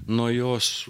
nuo jos